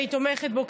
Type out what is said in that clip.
אני תומכת בו,